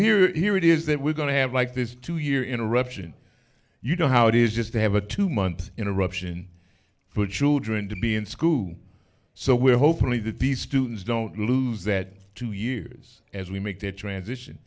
so here it is that we're going to have like this two year interruption you know how it is just to have a two month interruption for children to be in school so we're hopefully that these students don't lose that two years as we make that transition